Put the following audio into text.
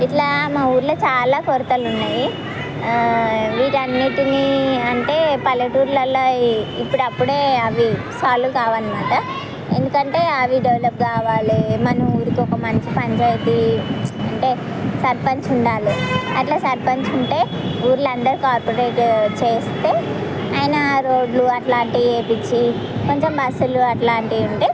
ఇట్లా మా ఊళ్ళో చాలా కొరతలు ఉన్నాయి వీటి అన్నింటిని అంటే పల్లెటూర్లలో ఇప్పుడు అప్పుడే అవి సాల్వ్ కావు అన్నమాట ఎందుకంటే అది డెవలప్ కావాలి మన ఊరికి ఒక మంచి పంచాయితీ అంటే సర్పంచ్ ఉండాలి అట్లా సర్పంచ్ ఉంటే ఊళ్ళో అందరు కోపరేట్ చేస్తే ఆయన రోడ్లు అలాంటివి వేయించి కొంచెం బస్సులు అలాంటివి ఉంటే